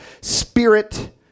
spirit